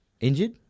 injured